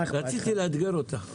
מה אכפת לך?